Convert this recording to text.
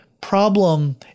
problem